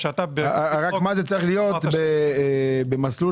צריך להיות במסלול